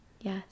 Yes